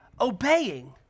obeying